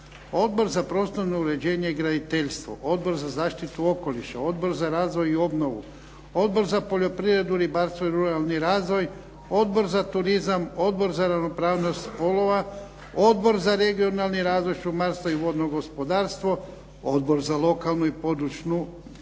Odbor za prostorno uređenje i graditeljstvo, Odbor za zaštitu okoliša, Odbor za razvoj i obnovu, Odbor za poljoprivredu, ribarstvo i ruralni razvoj, Odbor za turizam, Odbor za ravnopravnost spolova, Odbor za regionalni razvoj, šumarstvo i vodno gospodarstvo, Odbor za lokalnu i područnu regionalnu